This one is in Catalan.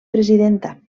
presidenta